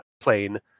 plane